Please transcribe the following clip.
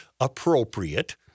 appropriate